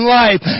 life